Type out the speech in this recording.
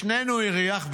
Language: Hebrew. לשנינו הריח,